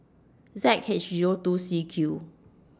Z H Zero two C Q